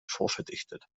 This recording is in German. vorverdichtet